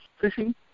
fishing